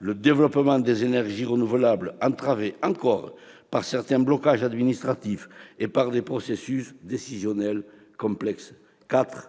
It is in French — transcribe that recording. le développement des énergies renouvelables, encore entravées par certains blocages administratifs et par des processus décisionnels complexes. Quatrièmement, enfin,